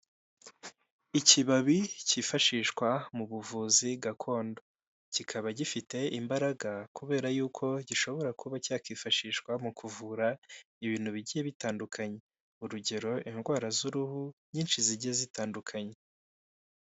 Ikibabi cyifashishwa mu buvuzi gakondo, kikaba gifite imbaraga, kubera y'uko gishobora kuba cyakifashishwa mu kuvura ibintu bigiye bitandukanye, urugero indwara z'uruhu nyinshi zigiye zitandukanye.